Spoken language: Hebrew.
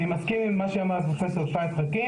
אני מסכים עם מה שאמר פרופ' פהד חכים